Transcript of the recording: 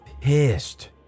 pissed